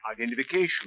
identification